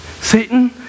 Satan